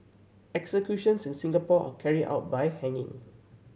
executions in Singapore are carried out by hanging